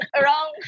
wrong